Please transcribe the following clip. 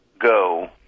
go